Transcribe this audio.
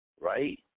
right